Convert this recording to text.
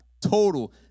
total